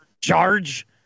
charge